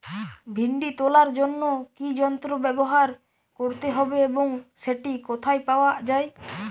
ভিন্ডি তোলার জন্য কি যন্ত্র ব্যবহার করতে হবে এবং সেটি কোথায় পাওয়া যায়?